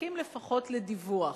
להסכים לפחות לדיווח,